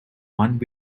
one